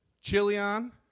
Chilion